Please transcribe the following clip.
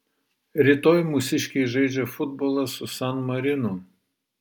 rytoj mūsiškiai žaidžia futbolą su san marinu